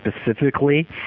specifically